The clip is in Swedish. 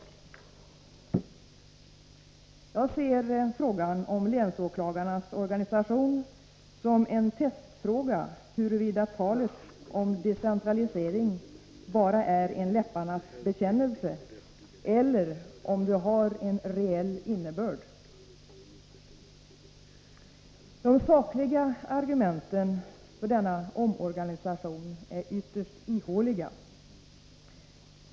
tion Jag ser frågan om länsåklagarnas organisation som en testfråga huruvida talet om decentralisering bara är en läpparnas bekännelse eller om det har reell innebörd. De sakliga argumenten för denna omorganisation är ytterst ihåliga.